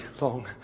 long